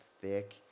thick